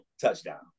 Touchdown